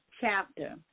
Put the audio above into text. chapter